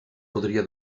podria